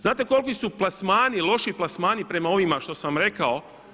Znate koliki su plasmani, loši plasmani prema ovima što sam vam rekao?